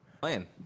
playing